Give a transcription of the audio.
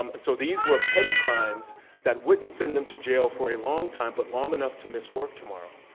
um and so these were petty crimes that wouldn't send them to jail for a long time, but long enough to miss work tomorrow,